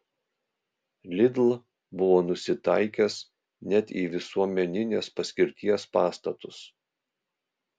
lidl buvo nusitaikęs net į visuomeninės paskirties pastatus